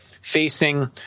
facing